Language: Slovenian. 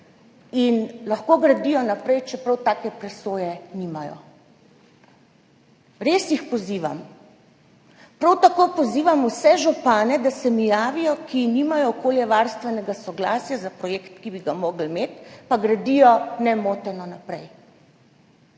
ga lahko gradijo naprej, čeprav take presoje nimajo, res jih pozivam. Prav tako pozivam vse župane, ki nimajo okoljevarstvenega soglasja za projekt, ki bi ga morali imeti, pa gradijo nemoteno naprej,